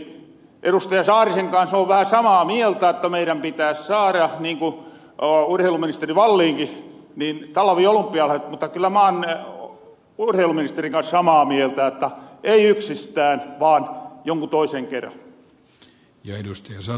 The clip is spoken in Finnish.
saarisen niin kuin urheiluministeri wallininkin kans oon vähän samaa mieltä että meidän pitää saada niin mutta meirän pitäis saara talviolympialaaset mutta kyllä mä oon urheiluministerin kanssa samaa mieltä että ei yksistään vaan jonkun toisen kera